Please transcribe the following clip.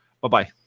Bye-bye